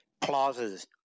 clauses